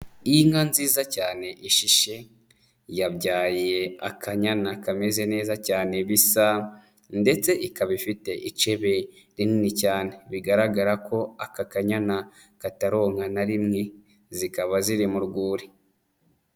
Iyi nka nziza cyane ishishe, yabyaye akanyana kameze neza cyane bisa ndetse ikaba ifite icebe rinini cyane. Bigaragara ko aka kanyana kataronka na rimwe. Zikaba ziri mu rwuri.